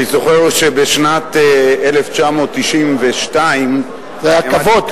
אני זוכר שבשנת 1992, זה היה כבוד.